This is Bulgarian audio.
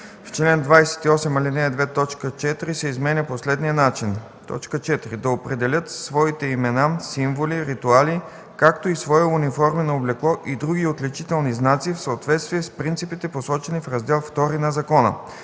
в чл. 28, ал. 2 т. 4 се изменя по следния начин: „4. да определят своите имена, символи, ритуали, както и свое униформено облекло и други отличителни знаци, в съответствие с принципите, посочени в Раздел ІІ на закона;”.